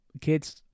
kids